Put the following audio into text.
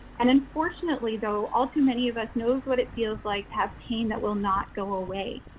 and unfortunately though, all too many of us knows what it feels like to have pain that will not go away.